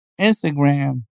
Instagram